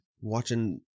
watching